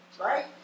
right